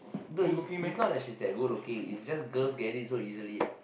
no it's not that she's that good looking is just girls get it so easily